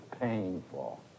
painful